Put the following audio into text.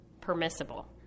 permissible